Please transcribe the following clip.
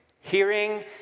hearing